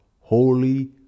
holy